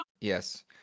Yes